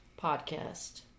podcast